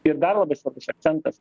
ir dar labai svarbus akcentas